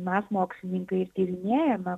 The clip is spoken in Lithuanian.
mes mokslininkai ir tyrinėjame